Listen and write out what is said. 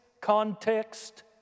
context